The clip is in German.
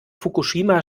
fukushima